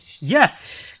Yes